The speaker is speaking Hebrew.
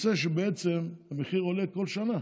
יוצא שבעצם המחיר עולה כל שנה.